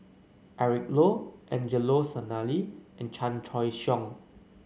Eric Low Angelo Sanelli and Chan Choy Siong